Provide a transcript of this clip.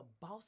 Boss